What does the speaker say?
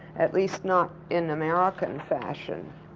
at least not in american fashion.